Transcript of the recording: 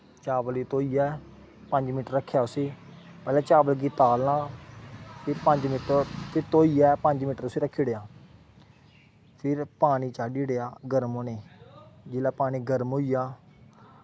चावल गी धोइयै पंज मिनट रक्खेआ उस्सी पैह्लें चावल गी तालना फिर पंज मिंट धोइयै पंज मिंट उस्सी रक्खी ओड़ेआ फिर पानी चाढ़ी ओड़ेआ गर्म होने गी जिसलै पानी गर्म होई जा